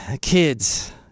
Kids